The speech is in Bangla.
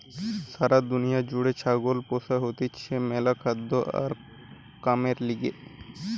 সারা দুনিয়া জুড়ে ছাগল পোষা হতিছে ম্যালা খাদ্য আর কামের লিগে